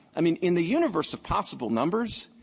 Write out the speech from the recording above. i mean, in the universe of possible numbers,